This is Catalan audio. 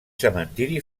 cementiri